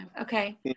Okay